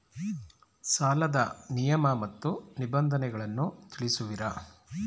ಸಾಲದ ನಿಯಮ ಮತ್ತು ನಿಬಂಧನೆಗಳನ್ನು ತಿಳಿಸುವಿರಾ?